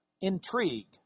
Intrigue